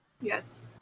Yes